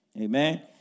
Amen